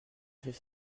fait